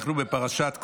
אנחנו בפרשת קרח.